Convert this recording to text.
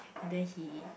and then he